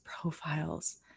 profiles